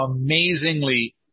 amazingly